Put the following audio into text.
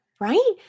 Right